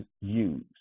use